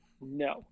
No